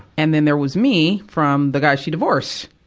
and then there was me, from the guy she divorced.